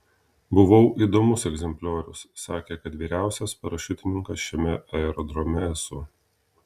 buvau įdomus egzempliorius sakė kad vyriausias parašiutininkas šiame aerodrome esu